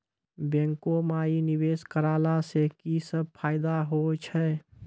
बैंको माई निवेश कराला से की सब फ़ायदा हो छै?